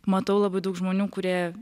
matau labai daug žmonių kurie